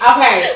Okay